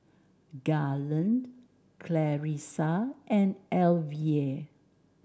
Garland Clarissa and Alvia